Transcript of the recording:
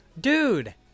Dude